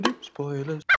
Spoilers